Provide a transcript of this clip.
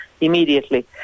Immediately